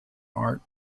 art